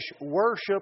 worship